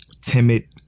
timid